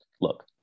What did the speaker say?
look